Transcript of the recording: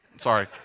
sorry